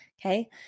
Okay